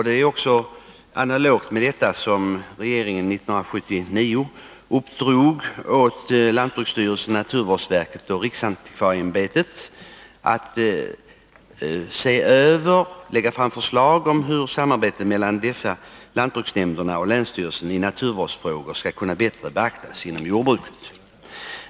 Det var också analogt med detta som regeringen 1979 uppdrog åt lantbruksstyrelsen, naturvårdsverket och riksantikvarieämbetet att lägga fram förslag om hur samarbetet mellan lantbruksnämnderna och länsstyrelserna i naturvårdsfrågor skulle kunna bättre beaktas inom jordbruket.